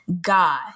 God